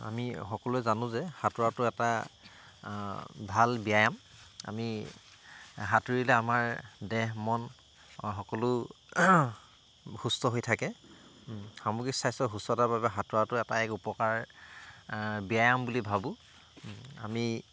আমি সকলোৱে জানোঁ যে সাঁতোৰাটো এটা ভাল ব্যায়াম আমি সাঁতুৰিলে আমাৰ দেহ মন সকলো সুস্থ হৈ থাকে সামগ্ৰীক স্বাস্থ্যৰ সুস্থতাৰ বাবে সাঁতোৰাটো এক উপকাৰ ব্যায়াম বুলি ভাবোঁ আমি